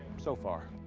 so far.